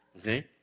Okay